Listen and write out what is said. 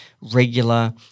regular